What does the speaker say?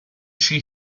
she